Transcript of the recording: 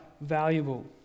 valuable